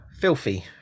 Filthy